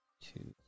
two